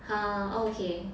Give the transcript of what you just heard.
ha oh okay